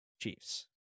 Chiefs